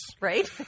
Right